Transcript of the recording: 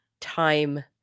time